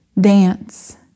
dance